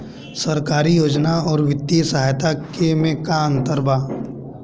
सरकारी योजना आउर वित्तीय सहायता के में का अंतर बा?